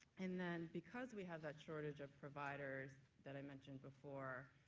and then because we have that shortage of providers that i mentioned before,